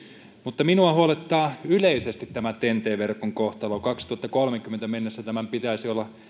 mutta minua huolettaa yleisesti tämä ten t verkon kohtalo kaksituhattakolmekymmentä mennessä tämän pitäisi olla